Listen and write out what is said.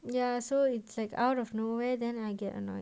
ya so it's like out of nowhere then I get annoyed